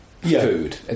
food